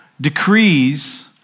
decrees